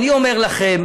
אני אומר לכם,